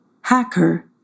Hacker